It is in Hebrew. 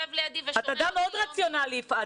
את אדם מאוד רציונלי, יפעת.